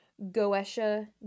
Goesha